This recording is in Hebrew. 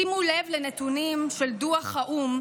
שימו לב לנתונים של דוח האו"ם,